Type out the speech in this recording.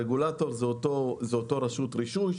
כלומר הרגולטור הוא אותה רשות רישוי,